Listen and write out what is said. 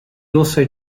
also